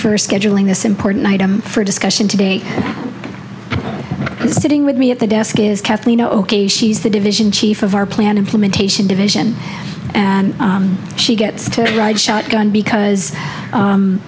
for scheduling this important item for discussion to be sitting with me at the desk is kathleen ok she's the division chief of our plan implementation division and she gets to ride shotgun because